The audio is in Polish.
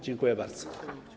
Dziękuję bardzo.